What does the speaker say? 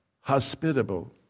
hospitable